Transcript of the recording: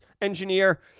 engineer